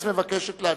מרצ מבקשת להצביע.